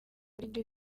uburyo